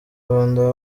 rwanda